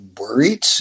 worried